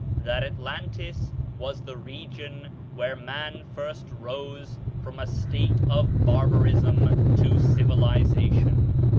that atlantis was the region where man first rose from a state of barbarism to civilization.